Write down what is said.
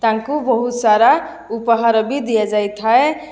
ତାଙ୍କୁ ବହୁତ ସାରା ଉପହାର ବି ଦିଆଯାଇଥାଏ